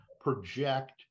project